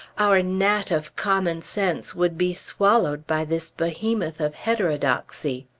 our gnat of common sense would be swallowed by this behemoth of heterodoxy.